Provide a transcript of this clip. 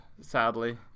sadly